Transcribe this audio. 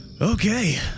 Okay